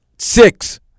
Six